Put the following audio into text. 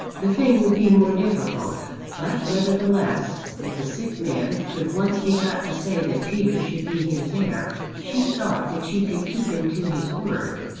the thing would be more difficult but, nevertheless, if the sick man could once be got to say that peter should be his heir she thought that she could keep him to his word.